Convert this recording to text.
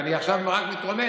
רק עכשיו אני מתרומם.